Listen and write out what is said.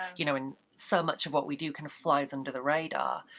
you know, and so much of what we do kinda flies under the radar.